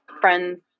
friends